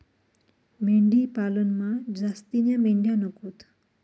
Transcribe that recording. मेंढी पालनमा जास्तीन्या मेंढ्या नकोत